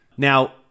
Now